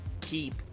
keep